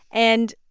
and,